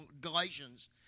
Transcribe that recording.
Galatians